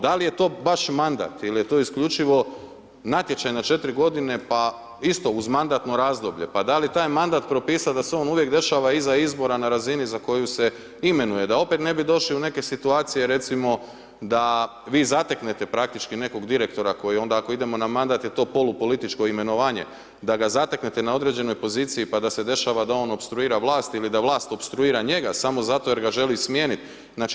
Da li je to baš mandat ili je to isključivo natječaj na 4 g. pa isto uz mandatno razdoblje, pa da li taj mandat propisati da se on uvijek dešava iza izbora na razini za koju se imenuje, da opet ne bi došli u neke situacije recimo da vi zateknete praktički nekog direktora, koji onda, ako idemo na mandat je to polupolitičko imenovanje, da ga zateknete na određenoj poziciji, pa da se dešava da on opstruira vlast ili da vlast opstruira njega samo zato jer ga želi smijeniti.